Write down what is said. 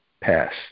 pass